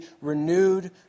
renewed